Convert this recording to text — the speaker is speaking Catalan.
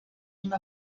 una